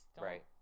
Right